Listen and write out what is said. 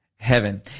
Heaven